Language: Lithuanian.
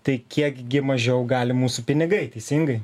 tai kiek gi mažiau gali mūsų pinigai teisingai